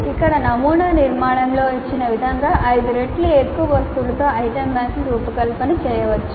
ఇక్కడ నమూనా నిర్మాణంలో ఇచ్చిన విధంగా ఐదు రెట్లు ఎక్కువ వస్తువులతో ఐటెమ్ బ్యాంకుల రూపకల్పన చేయవచ్చు